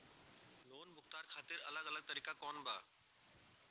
Loan भुगतान खातिर अलग अलग तरीका कौन बा?